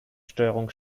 steuerung